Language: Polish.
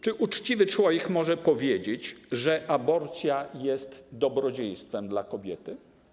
Czy uczciwy człowiek może powiedzieć, że aborcja jest dobrodziejstwem dla kobiety?